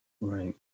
Right